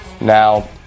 now